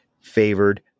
favored